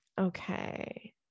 Okay